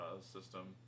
system